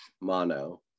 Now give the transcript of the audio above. mono